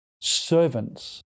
servants